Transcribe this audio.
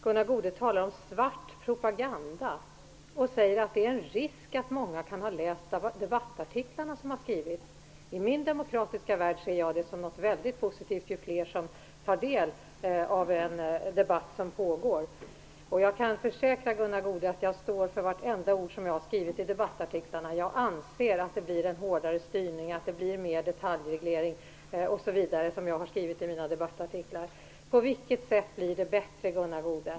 Gunnar Goude talar om "svart propaganda" och säger att det är en risk att många kan ha läst debattartiklarna som har skrivits. I min demokratiska värld ser jag det som väldigt positivt ju fler som tar del av en debatt som pågår. Jag kan försäkra Gunnar Goude att jag står för vartenda ord jag har skrivit i debattartiklarna. Jag anser att det blir en hårdare styrning, mer detaljreglering osv., såsom jag har skrivit. På vilket sätt blir det bättre, Gunnar Goude?